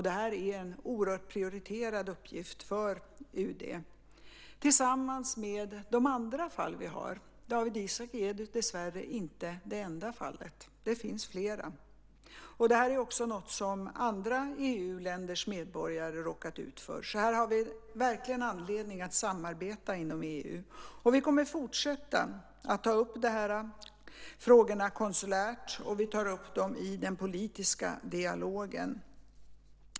Det här är en oerhört prioriterad uppgift för UD, tillsammans med de andra fall vi har - Dawit Isaak är dessvärre inte det enda fallet. Det finns flera. Det här är också något som andra EU-länders medborgare råkat ut för, så här har vi verkligen anledning att samarbeta inom EU. Vi kommer att fortsätta att ta upp de här frågorna konsulärt, och vi tar upp dem i den politiska dialogen.